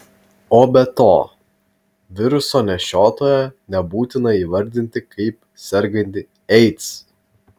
o be to viruso nešiotoją nebūtina įvardinti kaip sergantį aids